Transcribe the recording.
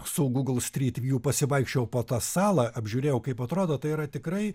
su google street view pasivaikščiojau po tą salą apžiūrėjau kaip atrodo tai yra tikrai